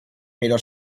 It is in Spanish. pero